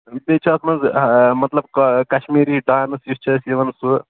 بیٚیہِ چھِ اَتھ منٛز مطلب کشمیٖری ڈانٕس یُس چھُ اَسہِ یِوان سُہ